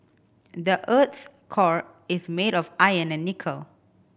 the earth's core is made of iron and nickel